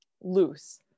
loose